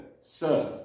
serve